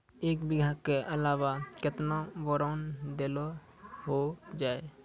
एक बीघा के अलावा केतना बोरान देलो हो जाए?